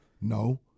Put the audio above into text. No